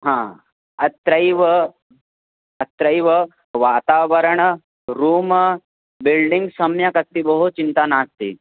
अत्रैव अत्रैव वातावरणं रूम बिल्डिङ्ग् सम्यक् अस्ति भोः चिन्ता नास्ति